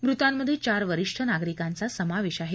मृतांमध्ये चार वरिष्ठ नागरिकांचा समावेश आहे